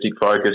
focus